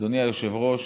אדוני היושב-ראש,